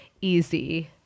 easy